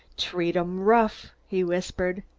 treat em rough! he whispered.